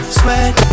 sweat